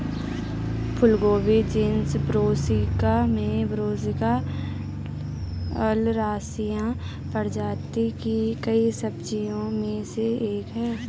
फूलगोभी genus Brassica में Brassica oleracea प्रजाति की कई सब्जियों में से एक है